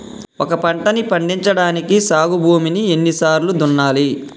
ఒక పంటని పండించడానికి సాగు భూమిని ఎన్ని సార్లు దున్నాలి?